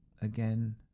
Again